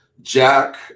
Jack